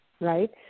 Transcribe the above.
right